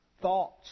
thoughts